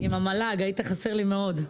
עם המל"ג היית חסר לי מאוד.